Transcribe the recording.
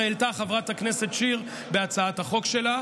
העלתה חברת הכנסת שיר בהצעת החוק שלה.